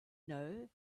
know